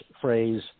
phrase